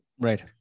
Right